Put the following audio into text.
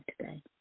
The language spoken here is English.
today